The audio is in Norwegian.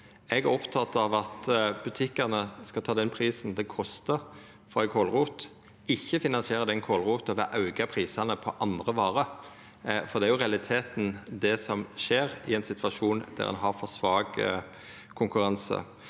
Eg er oppteken av at butikkane skal ta den prisen det kostar for ei kålrot, ikkje finansiera den kålrota ved å auka prisane på andre varer, for det er i realiteten det som skjer i ein situasjon der ein har for svak konkurranse.